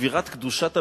שבירת קדושת המשפחה.